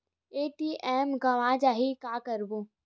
ATM गवां जाहि का करबो?